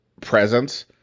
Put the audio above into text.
presence